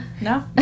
No